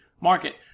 market